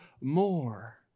more